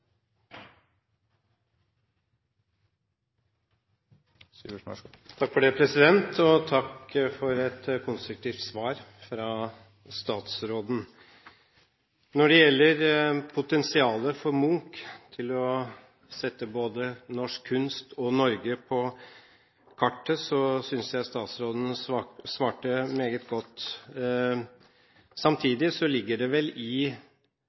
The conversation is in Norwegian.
Munchs kunst både nasjonalt og internasjonalt. Takk for et konstruktivt svar fra statsråden. Når det gjelder potensialet for Munch til å sette både norsk kunst og Norge på kartet, synes jeg statsråden svarte meget godt. Samtidig ligger det vel i